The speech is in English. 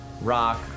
rock